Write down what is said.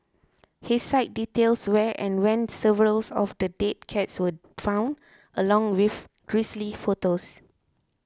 his site details where and when several of the dead cats were found along with grisly photos